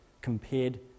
compared